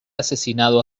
asesinado